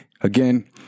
again